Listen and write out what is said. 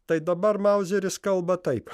tai dabar mauzeris kalba taip